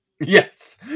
Yes